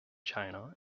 china